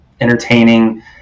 entertaining